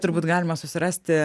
turbūt galima susirasti